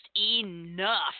enough